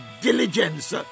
diligence